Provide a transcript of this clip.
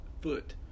foot